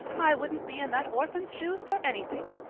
i wouldn't be in that orphan's shoes for anything.